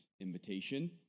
invitation